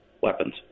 weapons